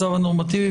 הנורמטיבי,